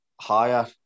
higher